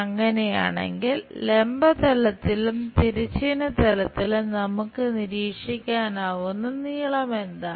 അങ്ങനെയാണെങ്കിൽ ലംബ തലത്തിലും തിരശ്ചീന തലത്തിലും നമുക്ക് നിരീക്ഷിക്കാനാകുന്ന നീളമെന്താണ്